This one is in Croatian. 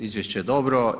Izvješće je dobro.